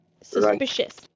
Suspicious